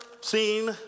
seen